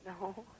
No